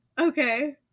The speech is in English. okay